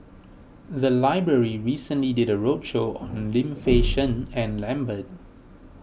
the library recently did a roadshow on Lim Fei Shen and Lambert